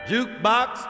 Jukebox